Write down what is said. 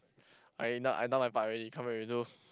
I done I done my part already come and redo